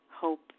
hope